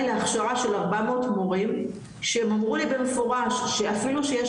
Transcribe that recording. להכשרה של 400 מורים שהם אמרו לי במפורש שאפילו שיש